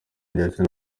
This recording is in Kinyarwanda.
ndetse